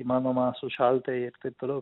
įmanoma sušalti ir taip toliau